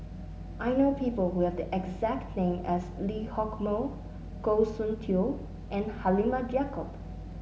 I know people who have the exact name as Lee Hock Moh Goh Soon Tioe and Halimah Yacob